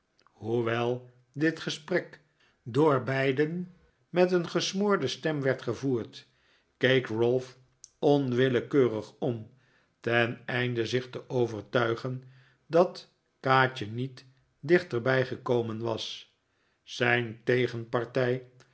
hoewel dit gesprek door beiden met een gesmoorde stem werd gevoerd keek ralph onwillekeurig om teneinde zich te overtuigen dat kaatje niet dichterbij gekomen was zijn tegenpartij